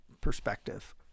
perspective